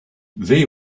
they